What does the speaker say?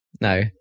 No